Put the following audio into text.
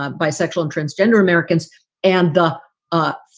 ah bisexual, and transgender americans and the us,